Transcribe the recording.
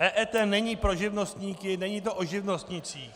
EET není pro živnostníky, není to o živnostnících.